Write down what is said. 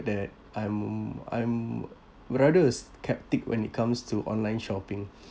that I'm I'm rather a sceptic when it comes to online shopping